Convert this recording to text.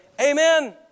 Amen